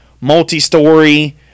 multi-story